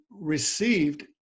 received